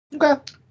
Okay